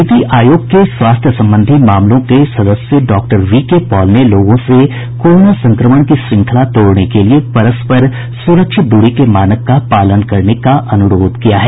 नीति आयोग के स्वास्थ्य संबंधी मामलों के सदस्य डॉक्टर वी के पॉल ने लोगों से कोरोना संक्रमण की श्रृंखला तोड़ने के लिए परस्पर सुरक्षित दूरी के मानक का पालन करने का अनुरोध किया है